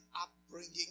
upbringing